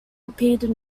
repeated